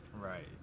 Right